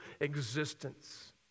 existence